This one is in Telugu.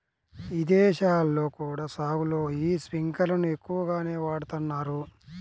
ఇదేశాల్లో కూడా సాగులో యీ స్పింకర్లను ఎక్కువగానే వాడతన్నారు